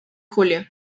julio